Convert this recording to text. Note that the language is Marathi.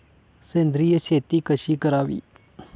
सेंद्रिय शेती कशी करावी?